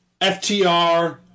FTR